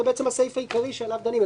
זה בעצם הסעיף העיקרי שעליו דנים,